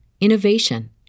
innovation